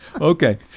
Okay